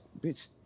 bitch